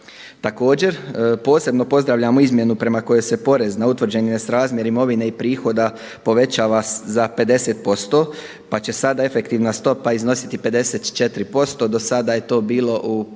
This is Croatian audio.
Također posebno pozdravljamo izmjenu prema kojoj se porez na utvrđeni nesrazmjer imovine i prihoda povećava za 50%, pa će sad efektivna stopa iznositi 54%. Do sada je to bilo u prvotnoj